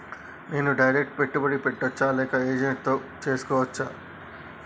నేను డైరెక్ట్ పెట్టుబడి పెట్టచ్చా లేక ఏజెంట్ తో చేస్కోవచ్చా?